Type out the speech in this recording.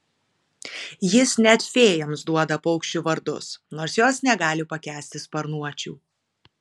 jis net fėjoms duoda paukščių vardus nors jos negali pakęsti sparnuočių